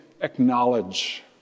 acknowledge